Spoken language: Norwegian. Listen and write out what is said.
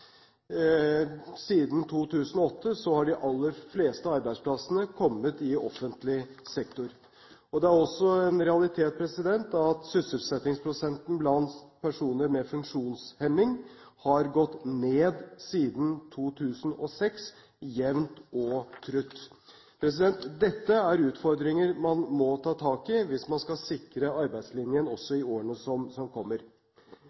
Siden 2008 har de aller fleste arbeidsplassene kommet i offentlig sektor. Det er også en realitet at sysselsettingsprosenten blant personer med funksjonshemming har gått jevnt og trutt ned siden 2006. Dette er utfordringer man må ta tak i, hvis man skal sikre arbeidslinjen også i årene som kommer.